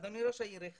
אדוני ראש העיר,